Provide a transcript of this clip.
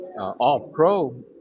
all-pro